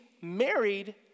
married